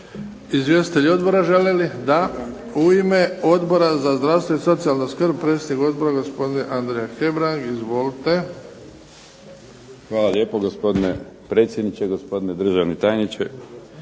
Izvjestitelji odbora žele li? Da. U ime Odbora za zdravstvo i socijalnu skrb, predsjednik odbora gospodin Andrija Hebrang. Izvolite. **Hebrang, Andrija (HDZ)** Hvala lijepo gospodine predsjedniče, gospodine državni tajniče,